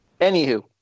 Anywho